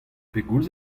pegoulz